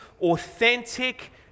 authentic